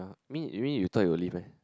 mean you mean you type your leave meh